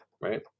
right